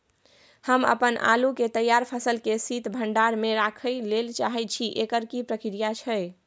हम अपन आलू के तैयार फसल के शीत भंडार में रखै लेल चाहे छी, एकर की प्रक्रिया छै?